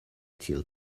till